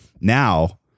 Now